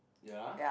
ya